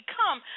come